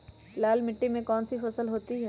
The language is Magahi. लाल मिट्टी में कौन सी फसल होती हैं?